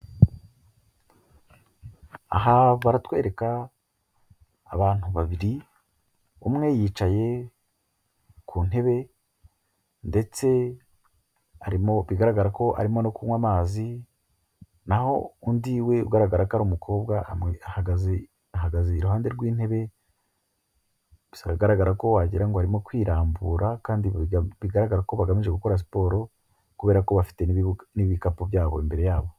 Aha baratwereka ,abantu babiri ,umwe yicaye ku ntebe ndetse arimo bigaragara ko arimo no kunywa amaz,i naho undi we ugaragara ko ari umukobwa ahagaze ahagaze iruhande rw'intebe gusa bigaragara ko wagirango ngo arimo kwirambura kandi bigaragara ko bagamije gukora siporo kubera ko bafite n'ibikapu byabo imbere yabo.